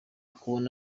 kubona